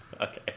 Okay